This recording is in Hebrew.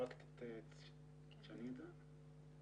כמה מתוך האשראי שדובר עליו אכן מומש?